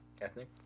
ethnic